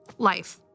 Life